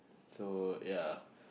so ya